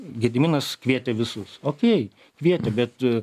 gediminas kvietė visus okei kvietė bet